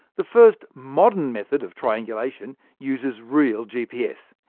the first modern method of triangulation uses real gps,